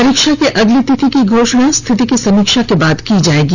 परीक्षा की अगली तिथि की घोषणा स्थिति की समीक्षा के बाद की जायेगी